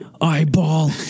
eyeball